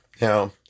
Now